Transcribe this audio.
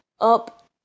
up